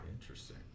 Interesting